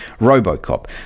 Robocop